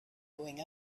going